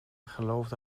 geloofde